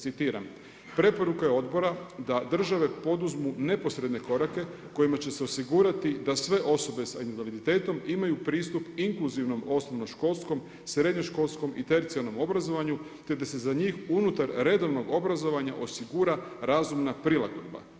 Citiram: „Preporuka je odbora da države poduzmu neposredne korake kojima će se osigurati da sve osobe sa invaliditetom imaju pristup inkluzivnom osnovno školskom, srednjoškolskom i tercijarnom obrazovanju te da se za njih unutar redovnog obrazovanja osigura razumna prilagodba.